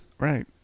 Right